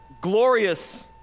glorious